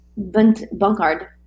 bunkard